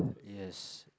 yes